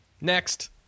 Next